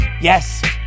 yes